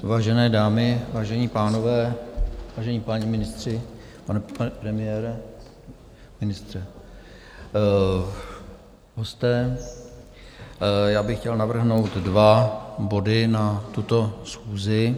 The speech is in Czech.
Vážené dámy, vážení pánové, vážení páni ministři, pane premiére, ministře, hosté, já bych chtěl navrhnout dva body na tuto schůzi.